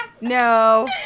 No